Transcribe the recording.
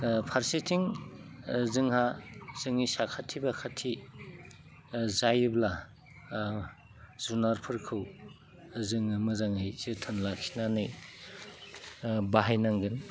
फारसेथिं जोंहा जोंनि साखाथि बाखाथि जायोब्ला जुनारफोरखौ जोङो मोजाङै जोथोन लाखिनानै बाहायनांगोन